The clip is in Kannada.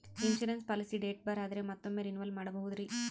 ಇನ್ಸೂರೆನ್ಸ್ ಪಾಲಿಸಿ ಡೇಟ್ ಬಾರ್ ಆದರೆ ಮತ್ತೊಮ್ಮೆ ರಿನಿವಲ್ ಮಾಡಬಹುದ್ರಿ?